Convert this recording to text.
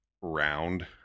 round